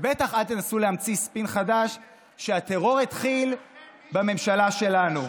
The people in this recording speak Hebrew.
ובטח אל תנסו להמציא ספין חדש שהטרור התחיל בממשלה שלנו,